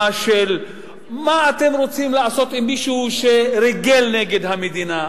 של מה אתם רוצים לעשות עם מישהו שריגל נגד המדינה.